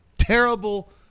Terrible